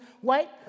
white